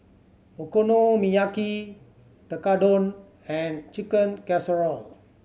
Okonomiyaki Tekkadon and Chicken Casserole